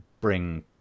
bring